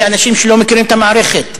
אלה האנשים שלא מכירים את המערכת,